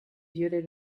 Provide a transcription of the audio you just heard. viollet